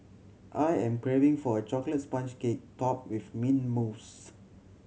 I am craving for a chocolate sponge cake topped with mint mousse